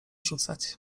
rzucać